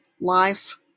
life